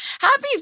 Happy